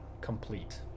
complete